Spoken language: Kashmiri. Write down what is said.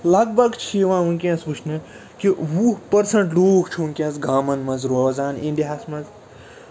لگ بگ چھِ یِوان ؤنکینَس وٕچھنہٕ کہِ وُہ پٔرسَنٹ لوٗکھ چھِ ؤنکٮ۪نس گامَن منٛز روزان اِنڈیاہَس منٛز